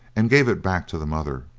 and gave it back to the mother.